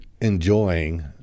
enjoying